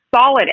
solid